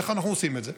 איך אנחנו עושים את זה?